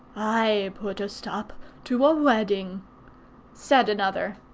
i put a stop to a wedding said another.